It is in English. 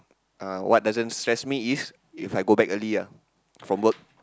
uh what doesn't stress me is If I go back early ah from work